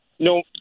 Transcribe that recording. No